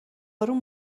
آروم